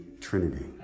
Trinity